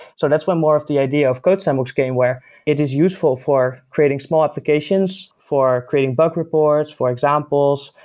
so that's one more of the idea of codesandbox game where it is useful for creating small applications, for creating bug reports, for examples.